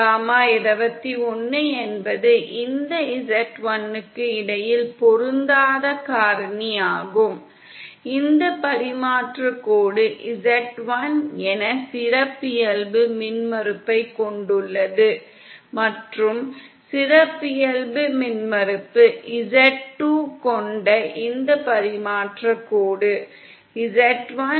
gamma 21 என்பது இந்த z1 க்கு இடையில் பொருந்தாத காரணியாகும் இந்த பரிமாற்றக் கோடு z1 என்ற சிறப்பியல்பு மின்மறுப்பைக் கொண்டுள்ளது மற்றும் சிறப்பியல்பு மின்மறுப்பு z2ஐ கொண்ட இந்த பரிமாற்றக் கோடு ஆகும்